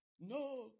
No